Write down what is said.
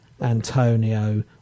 Antonio